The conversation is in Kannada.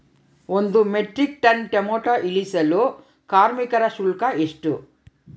ಒಂದು ಮೆಟ್ರಿಕ್ ಟನ್ ಟೊಮೆಟೊ ಇಳಿಸಲು ಕಾರ್ಮಿಕರ ಶುಲ್ಕ ಎಷ್ಟು?